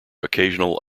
occasional